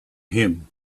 him